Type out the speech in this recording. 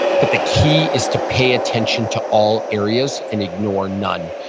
but the key is to pay attention to all areas and ignore none.